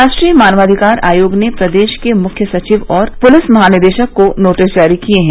राष्ट्रीय मानवाधिकार आयोग ने प्रदेश के मुख्य सचिव और पुलिस महानिदेशक को नोटिस जारी किए हैं